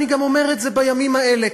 דווקא אני אומר את זה בימים האלה,